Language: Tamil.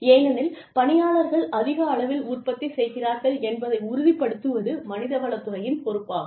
ஏனெனில் பணியாளர்கள் அதிக அளவில் உற்பத்தி செய்கிறார்கள் என்பதை உறுதிப்படுத்துவது மனித வளத் துறையின் பொறுப்பாகும்